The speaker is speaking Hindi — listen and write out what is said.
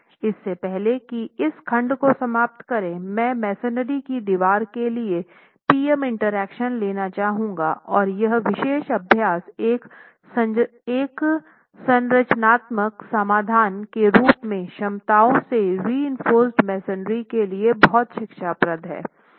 इससे पहले कि इस खंड को समाप्त करूँ मैं मेसनरी की दीवारों के लिए PM इंटरैक्शन लेना चाहूँगा और यह विशेष अभ्यास एक संरचनात्मक समाधान के रूप में क्षमताओं से रिइंफोर्स मेसनरी के लिए बहुत शिक्षाप्रद है